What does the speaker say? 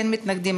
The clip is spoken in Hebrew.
אין מתנגדים,